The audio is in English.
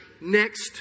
Next